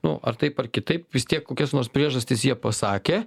nu ar taip ar kitaip vis tiek kokias nors priežastis jie pasakė